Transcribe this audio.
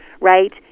right